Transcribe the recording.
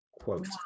quote